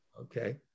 Okay